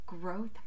growth